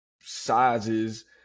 sizes